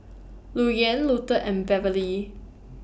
Luther and Beverley